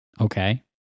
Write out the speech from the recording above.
Okay